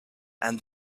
and